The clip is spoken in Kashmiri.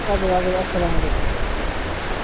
اَدٕ حظ اَدٕ حظ اسلامُ علیکُم